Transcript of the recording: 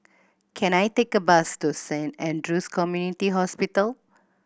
can I take a bus to Saint Andrew's Community Hospital